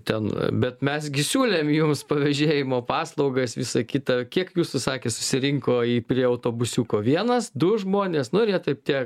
ten bet mes gi siūlėm jums pavėžėjimo paslaugas visa kita kiek jūsų sakė susirinko į prie autobusiuko vienas du žmonės nu ir jie taip tie